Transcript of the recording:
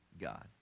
god